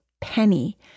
penny